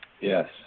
Yes